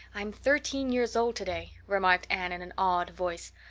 i'm thirteen years old today, remarked anne in an awed voice.